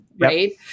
right